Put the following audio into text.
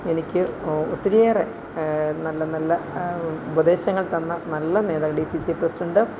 എനിക്ക് ഒത്തിരിയേറെ നല്ല നല്ല ഉപദേശങ്ങൾ തന്ന നല്ല നേതാവ് ഡി സി സി പ്രസിഡൻ്റ്